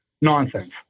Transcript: nonsense